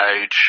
age